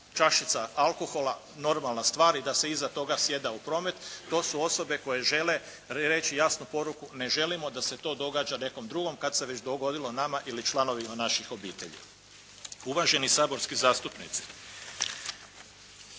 čašica alkohola normalna stvar i da se iza toga sjeda u promet. To su osobe koje žele reći jasnu poruku "Ne želimo da se to događa nekome drugome kad se već dogodilo nama ili članovima naših obitelji.". Uvaženi saborski zastupnici.